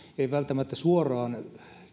ei välttämättä suoraan